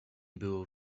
było